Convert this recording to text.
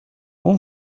اون